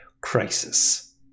crisis